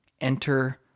Enter